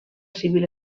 civil